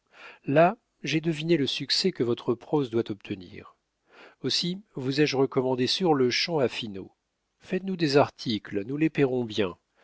là j'ai deviné le succès que votre prose doit obtenir aussi vous ai-je recommandé sur-le-champ à finot faites-nous des articles nous les payerons bien